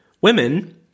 Women